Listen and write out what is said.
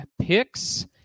picks